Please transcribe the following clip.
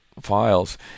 files